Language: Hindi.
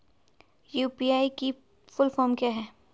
यु.पी.आई की फुल फॉर्म क्या है?